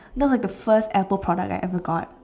that was the first apple pod that I ever got